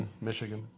Michigan